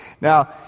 Now